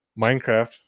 Minecraft